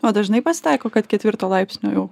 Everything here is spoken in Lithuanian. o dažnai pasitaiko kad ketvirto laipsnio jau